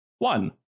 One